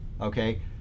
Okay